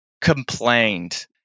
complained